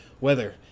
Weather